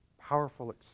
powerful